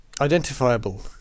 identifiable